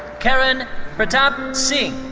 karan pratap singh.